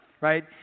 right